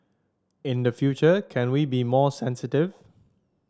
in the future can we be more sensitive